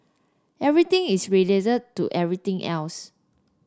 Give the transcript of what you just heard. everything is related to everything else